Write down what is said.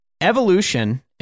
evolution